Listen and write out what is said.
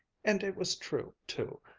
and it was true too.